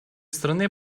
страны